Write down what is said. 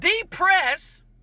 depress